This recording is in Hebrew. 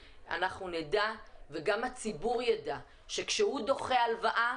נדע וגם הציבור יידע את שכאשר הוא דוחה הלוואה,